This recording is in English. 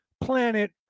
planet